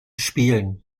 spielen